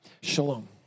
Shalom